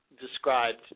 described